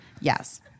yes